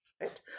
Right